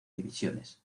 divisiones